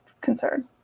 concern